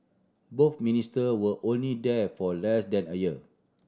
both Minister were only there for less than a year